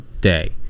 day